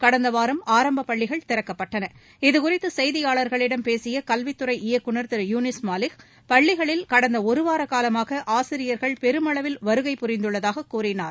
கடந்த வாரம் ஆரம்ப பள்ளிகள் திறக்கப்பட்டன இதுகுறித்து செய்தியாளர்களிடம் பேசிய கல்வித் துறை இயக்குநர் திரு யூனிஸ் மாலிக் பள்ளிகளில் கடந்த ஒருவார காலமாக ஆசிரியர்கள் பெருமளவில் வருகை புரிந்துள்ளதாக கூறினார்